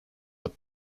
but